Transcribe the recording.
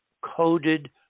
coded